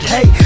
Hey